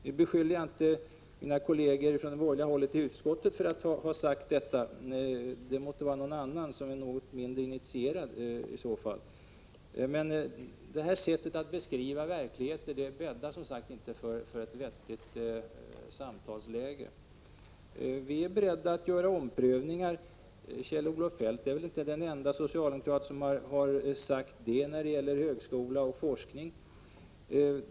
Jag beskyller inte mina borgerliga kolleger i utskottet för att ha sagt detta — det måste vara någon annan, som är mindre initierad — men det här sättet att beskriva förhållandena skapar som sagt inte något vettigt samtalsläge. Vi är beredda att göra omprövningar när det gäller högskola och forskning. Kjell-Olof Feldt är inte den ende socialdemokrat som har sagt det.